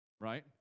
right